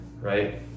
right